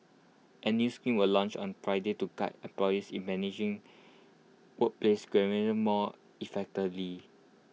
A new scheme was launched on Friday to guide employees in managing workplace grievances more effectively